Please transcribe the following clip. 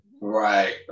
Right